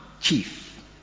chief